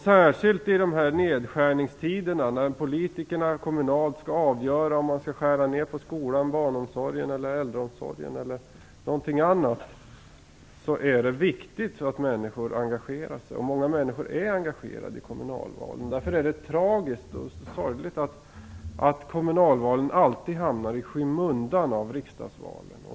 Särskilt i dessa nedskärningstider då kommunalpolitikerna skall avgöra om man skall göra nedskärningar på skolan, barnomsorgen, äldreomsorgen eller på något annat är det viktigt att människor engagerar sig. Många är också engagerade i kommunalvalen. Därför är det tragiskt och sorgligt att kommunalvalen alltid hamnar i skymundan av riksdagsvalen.